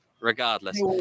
regardless